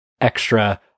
extra